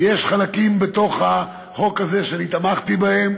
יש חלקים בחוק הזה שאני תמכתי בהם